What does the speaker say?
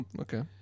Okay